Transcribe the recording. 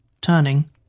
Turning